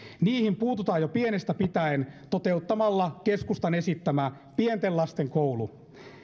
niihin puututaan jo pienestä pitäen toteuttamalla keskustan esittämä pienten lasten koulu